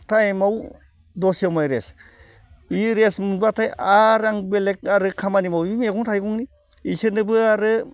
टाइमाव दसे समाय रेस्ट बि रेस्ट मोनब्लाथाय आरो आं बेलेक आरि खामानि बै मैगं थाइगंनि इसोरनोबो आरो